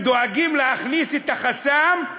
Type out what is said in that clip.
ודואגים להכניס את החסם.